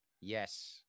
Yes